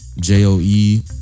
J-O-E